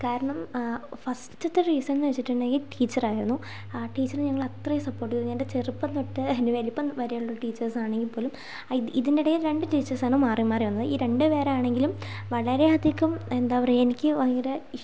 കാരണം ഫസ്റ്റിലത്തെ റീസൺ എന്നു വച്ചിട്ടുണ്ടെങ്കിൽ ടീച്ചർ ആയിരുന്നു ആ ടീച്ചർ ഞങ്ങളെ അത്രയും സപ്പോർട്ട് ചെയ്തിരുന്നു എൻ്റെ ചെറുപ്പം തൊട്ടേ എൻ്റെ വലിപ്പം വരെയുള്ള ടീച്ചേഴ്സ് ആണെങ്കിൽപ്പോലും ഇതിൻ്റെ ഇടയിൽ രണ്ട് ടീച്ചേർസാണ് മാറി മാറി വന്നത് ഈ രണ്ടുപേരാണെങ്കിലും വളരെയധികം എന്താ പറയുക എനിക്ക് ഭയങ്കര